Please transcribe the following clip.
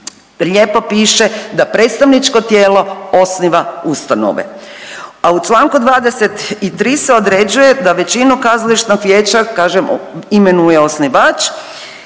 lijepo piše da predstavničko tijelo osniva ustanove, a u čl. 23 se određuje da većinu kazališnog vijeća, kažem, imenuje osnivač,